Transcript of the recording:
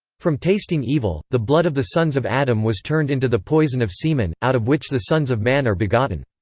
from tasting evil, the blood of the sons of adam was turned into the poison of semen, out of which the sons of man are begotten.